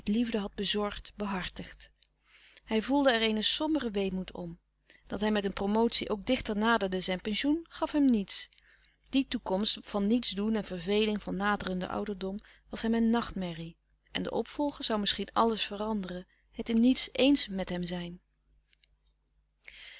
liefde had bezorgd behartigd hij voelde er een somberen weemoed om dat hij met een promotie ook dichter naderde zijn pensioen gaf hem niets die toekomst van niets doen en verveling van naderenden ouderdom was hem een nachtmerrie louis couperus de stille kracht en de opvolger zoû misschien alles veranderen het in niets eens met hem zijn